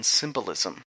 symbolism